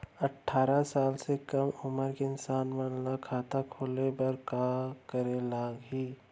अट्ठारह साल से कम उमर के इंसान मन ला खाता खोले बर का करे ला लगथे?